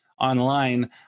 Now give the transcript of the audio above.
online